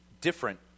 different